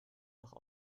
auch